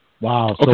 Wow